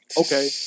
Okay